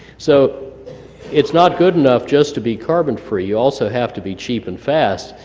so it's not good enough just to be carbon free. you also have to be cheap and fast.